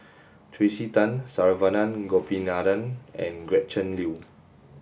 Tracey Tan Saravanan Gopinathan and Gretchen Liu